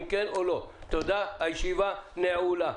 תודה, הישיבה נעולה.